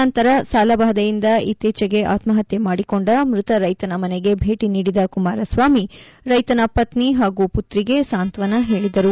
ನಂತರ ಸಾಲಬಾಧೆಯಿಂದ ಇತ್ತೀಚೆಗೆ ಆತ್ಮಹತ್ಯೆ ಮಾಡಿಕೊಂಡ ಮೃತ ರೈತನ ಮನೆಗೆ ಭೇಟಿ ನೀಡಿದ ಕುಮಾರಸ್ವಾಮಿ ರೈತನ ಪತ್ನಿ ಹಾಗೂ ಪುತ್ರಿಗೆ ಸಾಂತ್ವನ ಹೇಳಿದರು